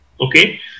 Okay